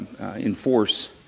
enforce